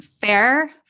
fair